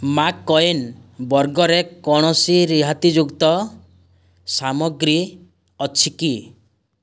McCain ବର୍ଗରେ କୌଣସି ରିହାତିଯୁକ୍ତ ସାମଗ୍ରୀ ଅଛି କି